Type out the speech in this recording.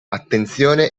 attenzione